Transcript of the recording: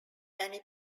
many